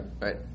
Right